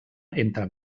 entre